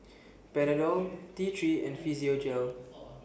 Panadol T three and Physiogel